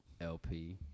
LP